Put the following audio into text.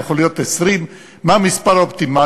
יכול להיות 20. מה המספר האופטימלי?